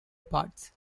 parts